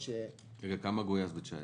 כמה גויס ב-2019?